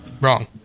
Wrong